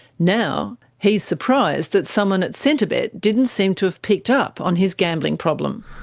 now he is surprised that someone at centrebet didn't seem to have picked up on his gambling problem.